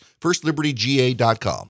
FirstLibertyGA.com